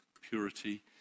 purity